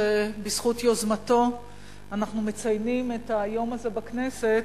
שבזכות יוזמתו אנחנו מציינים את היום הזה בכנסת,